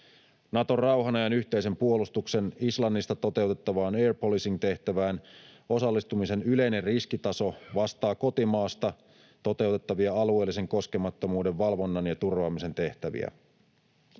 Naton rauhanajan yhteisen puolustuksen Islannista toteutettavaan air policing -tehtävään osallistumisen yleinen riskitaso vastaa kotimaasta toteutettavia alueellisen koskemattomuuden valvonnan ja turvaamisen tehtäviä.